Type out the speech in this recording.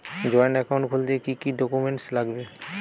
Joint account খুলতে কি কি ডকুমেন্টস লাগবে?